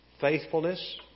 faithfulness